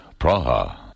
Praha